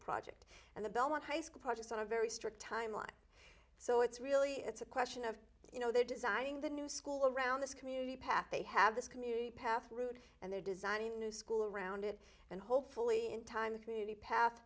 project and the belmont high school project on a very strict timeline so it's really it's a question of you know they're designing the new school around this community path they have this community path route and they're designing a new school around it and hopefully in time the community path